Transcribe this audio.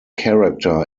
character